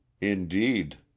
Indeed